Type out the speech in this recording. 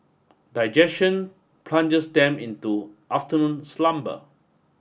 digestion plunges them into afternoon slumber